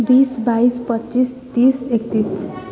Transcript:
बिस बाइस पच्चिस तिस एक्तिस